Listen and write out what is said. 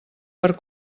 per